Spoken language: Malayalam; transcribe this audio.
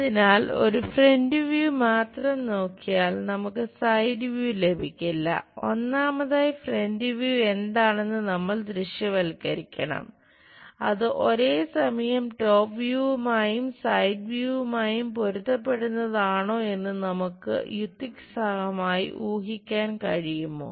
അതിനാൽ ഒരു ഫ്രന്റ് വ്യൂ പൊരുത്തപ്പെടുന്നതാണോ എന്ന് നമുക്ക് യുക്തിസഹമായി ഊഹിക്കാൻ കഴിയുമോ